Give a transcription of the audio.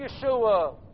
Yeshua